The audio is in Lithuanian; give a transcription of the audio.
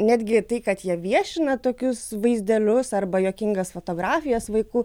netgi tai kad jie viešina tokius vaizdelius arba juokingas fotografijas vaikų